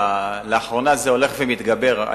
לאחרונה זה הולך ומתגבר,